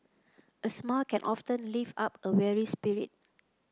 a smile can often lift up a weary spirit